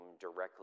directly